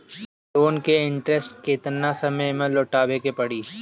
Loan के interest केतना समय में लौटावे के पड़ी?